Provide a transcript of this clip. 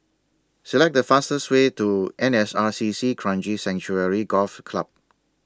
Select The fastest Way to N S R C C Kranji Sanctuary Golf Club